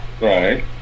Right